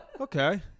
okay